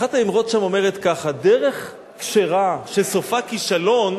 אחת האמרות שם אומרת כך: "דרך כשרה שסופה כישלון,